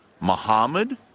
Muhammad